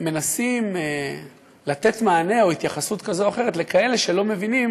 מנסים לתת מענה או התייחסות כזאת או אחרת לכאלה שלא מבינים